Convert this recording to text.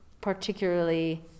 particularly